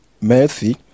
mercy